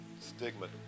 stigma